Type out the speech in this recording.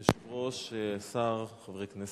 היושב-ראש, השר, חברי הכנסת,